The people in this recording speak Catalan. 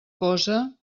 cosa